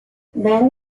then